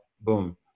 boom